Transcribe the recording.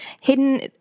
hidden